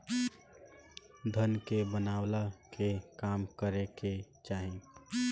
धन के बनवला के काम करे के चाही